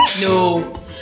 No